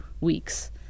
weeks